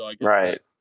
Right